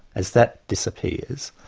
as that disappears